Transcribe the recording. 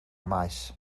maes